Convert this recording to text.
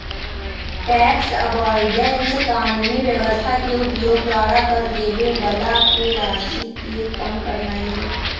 tax avoidance कानूनी व्यवस्था के उपयोग द्वारा कर देबे बला के राशि के कम करनाइ हइ